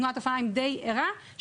תנועת אופניים די ערה,